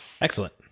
Excellent